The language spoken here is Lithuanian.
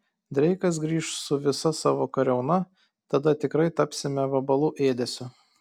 dreikas grįš su visa savo kariauna tada tikrai tapsime vabalų ėdesiu